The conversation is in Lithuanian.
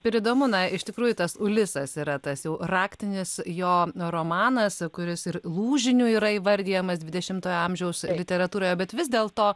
ir įdomu na iš tikrųjų tas ulisas yra tas jau raktinis jo romanas kuris ir lūžiniu yra įvardijamas dvidešimtojo amžiaus literatūroje bet vis dėlto